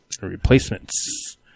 Replacements